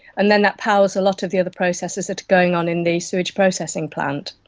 and then that powers a lot of the other processes that are going on in the sewage processing plant,